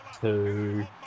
two